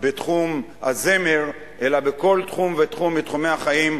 בתחום הזמר אלא בכל תחום ותחום מתחומי החיים,